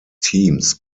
teams